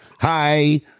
Hi